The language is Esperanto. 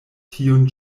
tiun